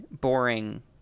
boring